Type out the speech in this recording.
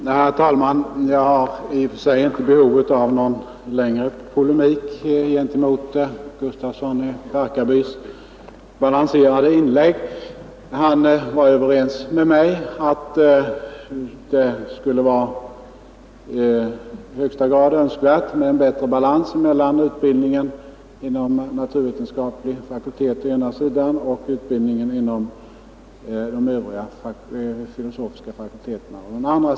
Herr talman! Jag har i och för sig inte behov av någon längre polemik mot herr Gustafssons i Barkarby balanserade inlägg. Han var överens med mig om att det är i högsta grad önskvärt med en bättre balans mellan utbildningen inom naturvetenskaplig fakultet å den ena sidan och utbildningen inom övriga filosofiska fakulteter å den andra.